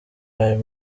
ayo